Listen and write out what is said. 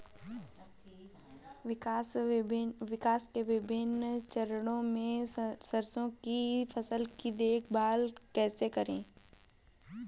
विकास के विभिन्न चरणों में सरसों की फसल की देखभाल कैसे करें?